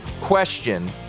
question